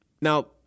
now